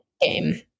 game